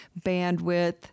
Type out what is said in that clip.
bandwidth